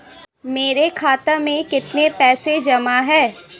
मेरे खाता में कितनी पैसे जमा हैं?